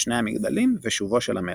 "שני המגדלים" ו"שובו של המלך".